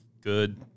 good